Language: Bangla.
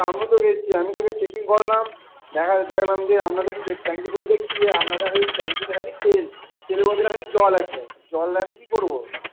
তো আমিও তো গেছি আমিও চেকিং করালাম দেখালাম যে আপনাদের ট্যাঙ্কি খুলে দেখছি যে আপনাদের ট্যাঙ্কিতে খালি তেল তেলের বদলে খালি জল আছে জল কী করব